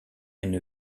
une